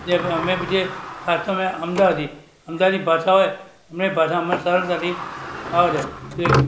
જે અમે જે ખાસ કરીને અમદાવાદી અમદાવાદી ભાષા હોય અમને એ ભાષા અમને સરળતાથી ફાવે છે તે